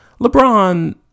LeBron